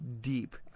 deep